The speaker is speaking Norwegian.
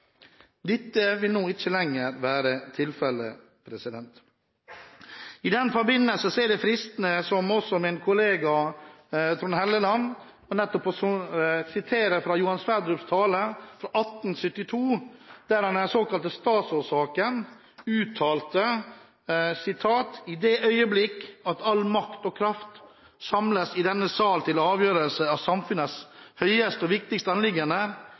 Dette vil nå ikke lenger være tilfellet. I den forbindelse er det fristende å gjøre som min kollega Trond Helleland og sitere fra Johan Sverdrups tale fra 1872 om den såkalte statsrådssaken, der han uttalte: i det Øieblik, at al Magt og Kraft samles her i denne Sal til Afgjørelse af Samfundets høieste og